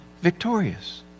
victorious